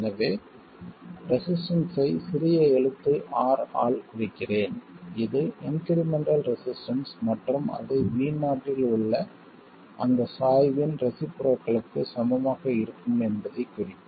எனவே ரெசிஸ்டன்ஸ்ஸை சிறிய எழுத்து r ஆல் குறிக்கிறேன் இது இன்க்ரிமெண்ட்டல் ரெசிஸ்டன்ஸ் மற்றும் அது v0 இல் உள்ள அந்த சாய்வின் ரெஸிபுரோக்களுக்கு சமமாக இருக்கும் என்பதைக் குறிக்கும்